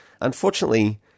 Unfortunately